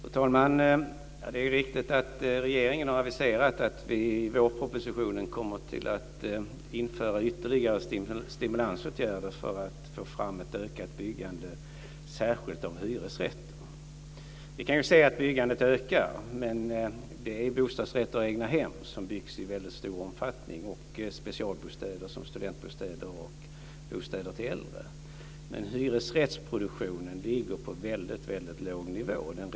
Fru talman! Det är riktigt att regeringen har aviserat att vi i vårpropositionen kommer att införa ytterligare stimulansåtgärder för att få fram ett ökat byggande av särskilt hyresrätter. Vi kan ju se att byggandet ökar, men det är i väldigt stor omfattning bostadsrätter och egnahem som byggs. Det är också specialbostäder som studentbostäder och bostäder för äldre. Men den renodlade, normala, hyresrättsproduktionen ligger på en väldigt låg nivå.